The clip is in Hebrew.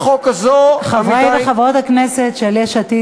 חברי וחברות הכנסת של יש עתיד,